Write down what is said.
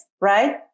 right